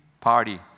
party